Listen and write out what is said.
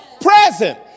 present